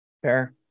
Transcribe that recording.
Fair